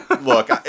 look